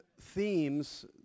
themes